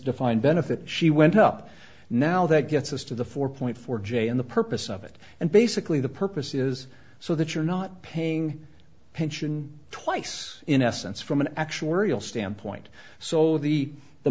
defined benefit she went up now that gets us to the four point four j in the purpose of it and basically the purpose is so that you're not paying attention twice in essence from an actuarial standpoint so the the